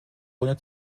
ohne